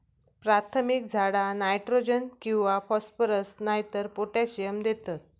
प्राथमिक झाडा नायट्रोजन किंवा फॉस्फरस नायतर पोटॅशियम देतत